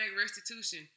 restitution